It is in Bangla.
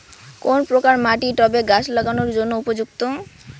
কোন প্রকার মাটি টবে গাছ লাগানোর জন্য উপযুক্ত?